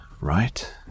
right